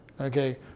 okay